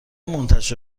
منتشر